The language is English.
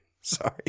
Sorry